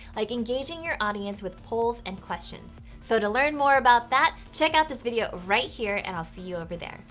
like engaging your audience with polls and questions. so to learn more about that, check out this video right here, and i'll see you over there.